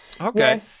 Okay